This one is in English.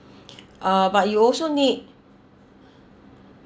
uh but you also need